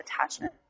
attachment